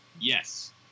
yes